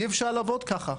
אי אפשר לעבוד ככה.